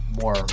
more